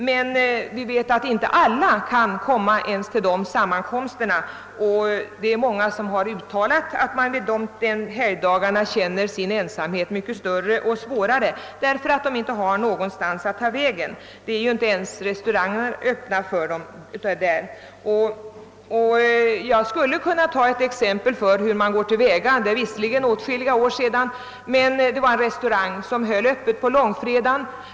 Men alla människor kan inte komma ens till sådana sammankomster, och många har förklarat att de just under dessa helgdagar känner sin ensamhet svårare än annars därför att de inte har någonstans att ta vägen. Inte ens restaurangerna är öppna de dagarna. Jag kan här ta ett exempel som visar hur man kan gå till väga. För åtskilliga år sedan fanns det en restaurang som höll öppet på långfredagen.